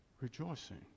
rejoicing